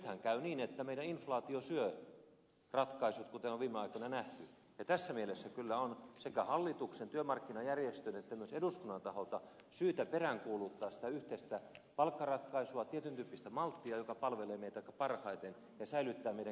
nythän käy niin että meillä inflaatio syö nämä ratkaisut kuten on viime aikoina nähty ja tässä mielessä kyllä on sekä hallituksen työmarkkinajärjestöjen että myös eduskunnan taholta syytä peräänkuuluttaa sitä yhteistä palkkaratkaisua tietyn tyyppistä malttia joka palvelee meitä parhaiten ja säilyttää meidän kilpailukykymme